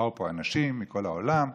באו לפה אנשים מכל העולם,